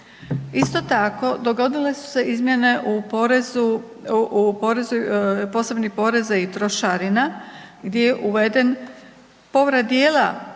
Isto tako dogodile su se izmjene u posebnim porezima i trošarina gdje je uveden povrat dijela